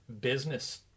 business